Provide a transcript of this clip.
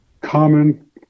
common